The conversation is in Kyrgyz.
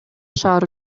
шаар